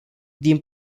din